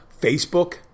Facebook